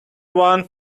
one